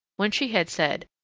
when she had said,